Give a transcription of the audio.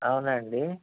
అవునా అండి